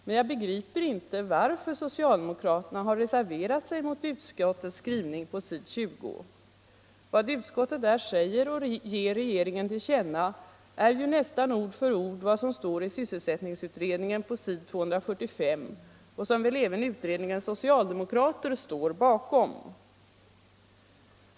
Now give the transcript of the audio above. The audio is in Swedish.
Men jag begriper inte varför socialdemokraterna har reserverat sig mot utskottets skrivning på s. 20: Vad utskottet där säger .och ger regeringen till känna är ju nästan ord för ord vad som står i sysselsättningsutredningens betänkande på s. 245, vilket även utredningens socialdemokrater står bakom.